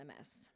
SMS